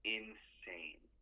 insane